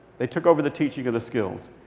they took over the teaching of the skills.